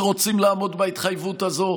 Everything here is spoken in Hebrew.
ורוצים לעמוד בהתחייבות הזו.